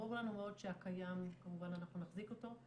ברור לנו מאוד שהקיים, כמובן, אנחנו נחזיק אותו.